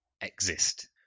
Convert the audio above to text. exist